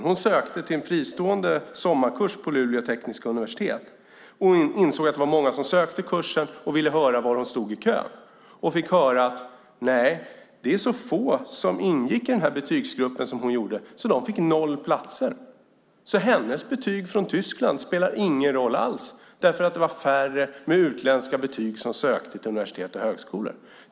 Hon sökte till en fristående sommarkurs på Luleå tekniska universitet. Hon insåg att många sökte kursen och ville höra var hon stod i kön. Då fick hon höra att det var så få som ingick i samma betygsgrupp som hon, så de fick inga platser. Hennes betyg från Tyskland spelade ingen roll alls eftersom det var så få med utländska betyg som sökte till universitet och högskolor.